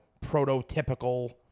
prototypical